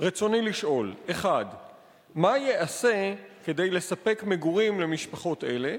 רצוני לשאול: 1. מה ייעשה כדי לספק מגורים למשפחות אלה?